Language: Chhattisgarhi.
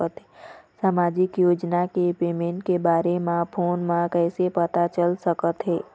सामाजिक योजना के पेमेंट के बारे म फ़ोन म कइसे पता चल सकत हे?